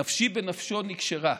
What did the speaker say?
נפשי בנפשו נקשרה.